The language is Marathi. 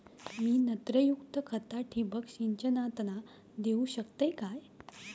मी नत्रयुक्त खता ठिबक सिंचनातना देऊ शकतय काय?